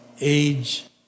age